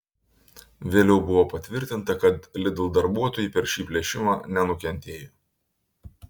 vėliau buvo patvirtinta kad lidl darbuotojai per šį plėšimą nenukentėjo